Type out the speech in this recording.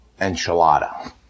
enchilada